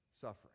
suffering